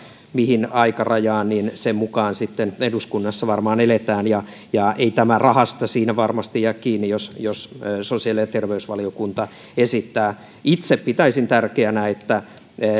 mihin aikarajaan he sitten päätyvät taannehtivuudessa eduskunnassa varmaan eletään ei tämä rahasta varmasti jää kiinni jos jos sosiaali ja terveysvaliokunta esittää sitä itse pitäisin tärkeänä